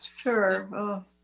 sure